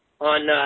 on